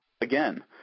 again